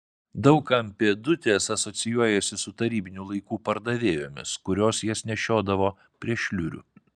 daug kam pėdutės asocijuojasi su tarybinių laikų pardavėjomis kurios jas nešiodavo prie šliurių